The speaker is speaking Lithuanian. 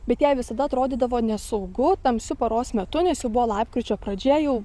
bet jai visada atrodydavo nesaugu tamsiu paros metu nes jau buvo lapkričio pradžia jau